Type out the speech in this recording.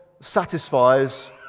satisfies